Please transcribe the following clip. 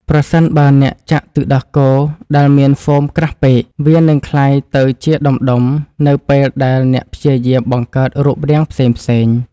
ប្រសិនបើអ្នកចាក់ទឹកដោះគោដែលមានហ្វូមក្រាស់ពេក វានឹងក្លាយទៅជាដុំៗនៅពេលដែលអ្នកព្យាយាមបង្កើតរូបរាងផ្សេងៗ។